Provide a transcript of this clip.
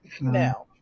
Now